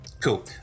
Cool